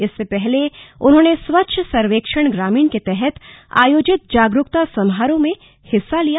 इससे पहले उन्होंने स्वच्छ सर्वेक्षण ग्रामीण के तहत आयोजित जागरूकता समारोह में हिस्सा लिया